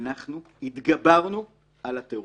אנחנו התגברנו על הטרור.